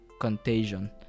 contagion